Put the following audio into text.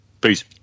Peace